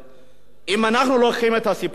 אם אנחנו לוקחים את הסיפור של ערוץ-10,